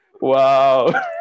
Wow